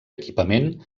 equipament